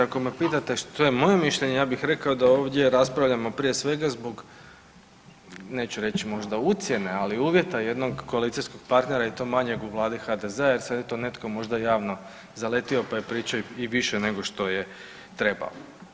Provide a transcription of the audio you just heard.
Ako me pitate što je moje mišljenje, ja bih rekao da ovdje raspravljamo prije svega zbog, neću reći možda ucjene, ali uvjeta jednog koalicijskog partnera, i to manjeg, u Vladi HDZ-a, jer sad je to netko možda javno zaletio pa je pričao i više nego što je trebao.